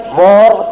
more